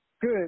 Good